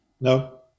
No